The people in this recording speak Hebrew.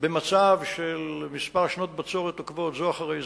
במצב של כמה שנות בצורת עוקבות, זו אחרי זו.